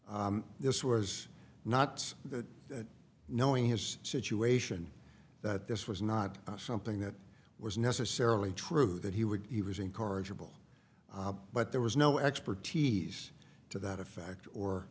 this was not knowing his situation that this was not something that was necessarily true that he would he was incorrigible but there was no expertise to that effect or